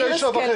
אמיר השכל,